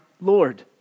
Lord